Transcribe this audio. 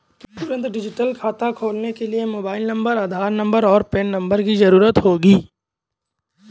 तुंरत डिजिटल खाता खोलने के लिए मोबाइल नंबर, आधार नंबर, और पेन नंबर की ज़रूरत होगी